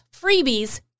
freebies